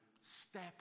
step